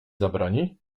zabroni